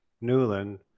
Newland